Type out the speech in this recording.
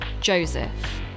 Joseph